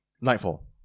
Nightfall